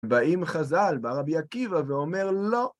והאם חז"ל, בא רבי עקיבא ואומר לא.